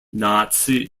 nazi